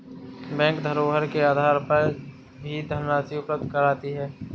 bank धरोहर के आधार पर भी धनराशि उपलब्ध कराती है